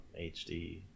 HD